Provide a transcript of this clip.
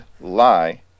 lie